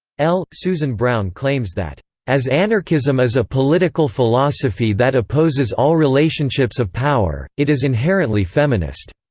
l. susan brown claims that as anarchism is a political philosophy that opposes all relationships of power, it is inherently feminist.